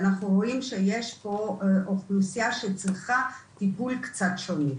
אנחנו רואים שיש פה אוכלוסיה שצריכה טיפול קצת שונה.